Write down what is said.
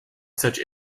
such